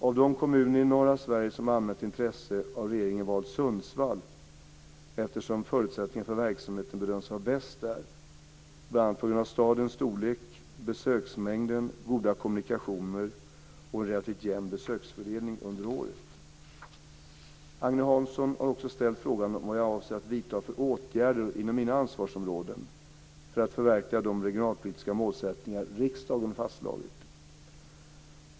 Av de kommuner i norra Sverige som har anmält intresse har regeringen valt Sundsvall, eftersom förutsättningarna för verksamheten bedöms vara bäst där, bl.a. på grund av stadens storlek, besöksmängden, goda kommunikationer och relativt jämn besöksfördelning under året. Agne Hansson har också ställt frågan vad jag avser att vidta för åtgärder inom mina ansvarsområden för att förverkliga de regionalpolitiska målsättningar riksdagen fastslagit.